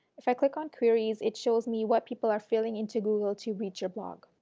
if i click on queries it shows me what people are filling into google to reach your blog.